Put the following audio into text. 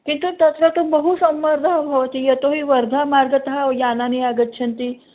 किन्तु तत्र तु बहु सम्मर्दः भवति यतो हि वर्धा मार्गतः यानानि आगच्छन्ति